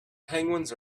penguins